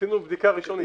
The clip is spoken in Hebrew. עשינו בדיקה ראשונית.